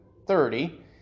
Thirty